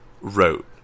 wrote